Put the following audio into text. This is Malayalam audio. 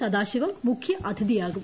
സദാശിവം മുഖ്യാതിഥിയാകും